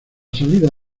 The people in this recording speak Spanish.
salida